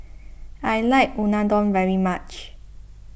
I like Unadon very much